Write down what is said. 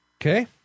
Okay